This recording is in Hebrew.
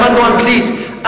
למדנו אנגלית.